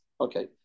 Okay